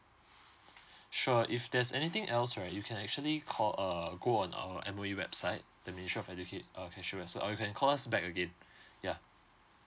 sure if there's anything else right you can actually call err go on our M_O_E website the ministry of educate uh or you can call us back again yeah